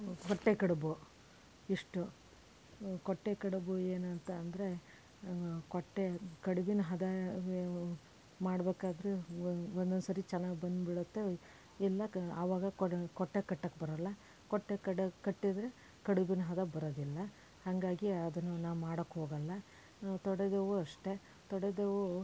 ಕೊಟ್ಟೆಕಡುಬು ಇಷ್ಟು ಕೊಟ್ಟೆಕಡುಬು ಏನಂತ ಅಂದರೆ ಕೊಟ್ಟೆ ಕಡುಬಿನ ಹದವೆ ಮಾಡಬೇಕಾದ್ರೆ ಒಂದೊಂದು ಸರಿ ಚೆನ್ನಾಗಿ ಬಂದ್ಬಿಡುತ್ತೆ ಇಲ್ಲ ಆವಾಗ ಕೊಟ್ಟೆ ಕಟ್ಟೋಕ್ಕೆ ಬರಲ್ಲ ಕೊಟ್ಟೆ ಕಡ್ ಕಟ್ಟಿದ್ರೆ ಕಡುಬಿನ ಹದ ಬರೋದಿಲ್ಲ ಹಾಗಾಗಿ ಅದನ್ನು ನಾನು ಮಾಡೋಕ್ಕೋಗಲ್ಲ ತೊಡೆದೇವು ಅಷ್ಟೇ ತೊಡೆದೇವು